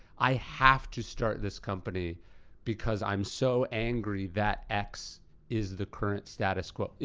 i have to start this company because i'm so angry that x is the current status quo.